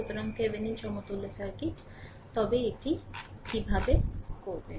সুতরাং এটি Thevenin সমতুল্য সার্কিট তবে এটি কীভাবে করবেন